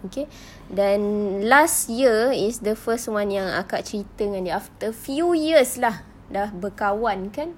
okay then last year is the first one yang akak cerita dengan dia after few years lah sudah berkawan kan